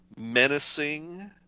menacing